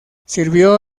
sirvió